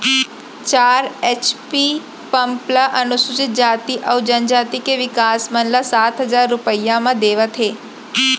चार HP pump ल अनुसूचित जाति अउ जनजाति के किसान मन ल सात हजार रूपिया म देवत हे